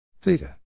Theta